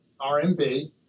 rmb